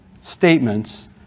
statements